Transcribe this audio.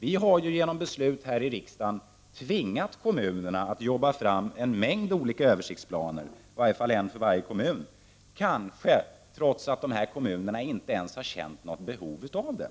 Vi har här i riksdagen genom beslut tvingat kommunerna att arbeta fram en mängd olika översiktsplaner — åtminstone en för varje kommun, detta trots att en del kommuner inte har känt något behov av det.